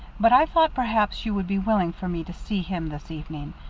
but i thought perhaps you would be willing for me to see him this evening.